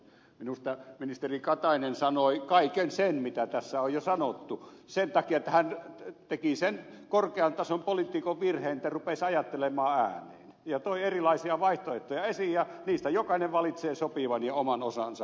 minusta ministeri katainen sanoi kaiken sen mitä tässä on jo sanottu sen takia että hän teki sen korkean tason poliitikon virheen että rupesi ajattelemaan ääneen ja toi erilaisia vaihtoehtoja esiin ja niistä jokainen valitsee sopivan ja oman osansa